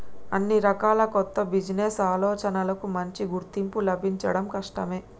అన్ని రకాల కొత్త బిజినెస్ ఆలోచనలకూ మంచి గుర్తింపు లభించడం కష్టమే